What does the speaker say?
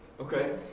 Okay